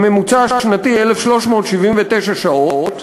בממוצע שנתי 1,379 שעות,